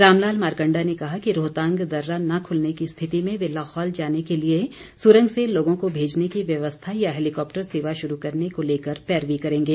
रामलाल मारकंडा ने कहा कि रोहतांग दर्रा न खुलने की स्थिति में वे लाहौल जाने के लिए सुरंग से लोगों को भेजने की व्यवस्था या हैलीकॉप्टर सेवा शुरू करने को लेकर पैरवी करेंगे